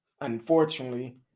Unfortunately